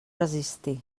resistir